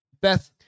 Beth